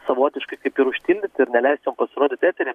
savotiškai kaip ir užtildyti ir neleist jom pasirodyt etery